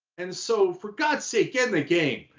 and so for god's sake get in the game.